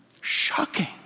Shocking